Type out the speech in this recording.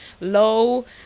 low